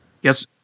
yes